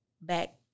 back